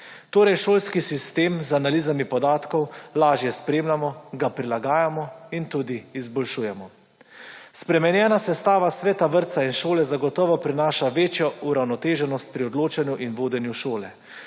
Torej šolski sistem z analizami podatkov lažje spremljamo, ga prilagajamo in tudi izboljšujemo. Spremenjena sestava Sveta vrtca in šole zagotovo prinaša večjo uravnoteženost pri odločanju in vodenju šole.